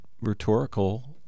rhetorical